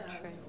True